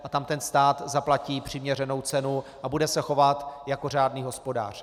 A tam ten stát zaplatí přiměřenou cenu a bude se chovat jako řádný hospodář.